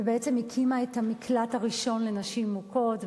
ובעצם הקימה את המקלט הראשון לנשים מוכות,